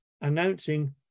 announcing